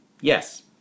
Yes